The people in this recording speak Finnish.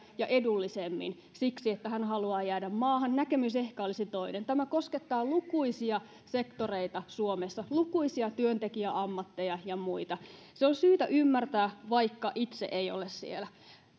ja edullisemmin töitä siksi että hän haluaa jäädä maahan näkemys ehkä olisi toinen tämä koskettaa lukuisia sektoreita suomessa lukuisia työntekijäammatteja ja muita se on syytä ymmärtää vaikka itse ei ole siellä